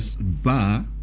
bar